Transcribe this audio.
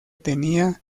tenía